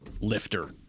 lifter